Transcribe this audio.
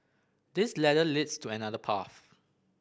this ladder leads to another path